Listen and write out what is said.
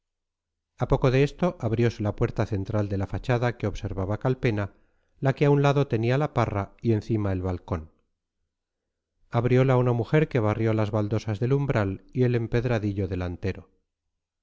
a poco de esto abriose la puerta central de la fachada que observaba calpena la que a un lado tenía la parra y encima el balcón abriola una mujer que barrió las baldosas del umbral y el empedradillo delantero